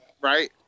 right